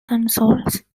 consoles